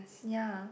ya